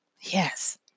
Yes